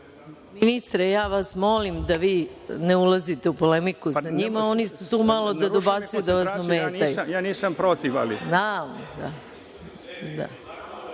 Ministre, ja vas molim da vi ne ulazite u polemiku sa njima. Oni su tu malo da dobacuju, da vas ometaju… **Dušan Vujović**